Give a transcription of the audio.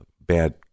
bad